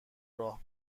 راه